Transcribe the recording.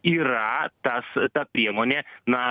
yra tas ta priemonė na